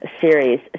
series